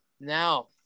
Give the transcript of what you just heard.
Now